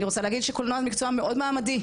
אני רוצה להגיד שקולנוע הוא מקצוע מאוד מעמדי.